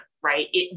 right